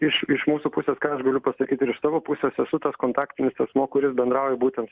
iš iš mūsų pusės ką aš galiu pasakyti ir iš savo pusės esu tas kontaktinis asmuo kuris bendrauja būtent